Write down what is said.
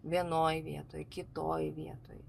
vienoj vietoj kitoj vietoj